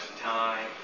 time